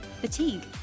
fatigue